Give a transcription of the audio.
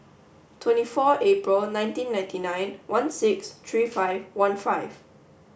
twenty four April nineteen ninety nine one six three five one five